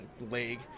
league